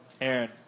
Aaron